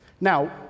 Now